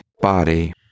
body